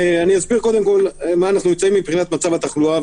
אסביר איפה אנחנו נמצאים במצב התחלואה,